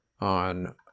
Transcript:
on